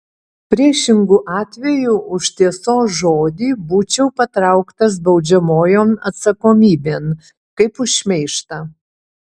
priešingu atveju už tiesos žodį būčiau patrauktas baudžiamojon atsakomybėn kaip už šmeižtą